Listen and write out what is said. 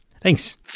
Thanks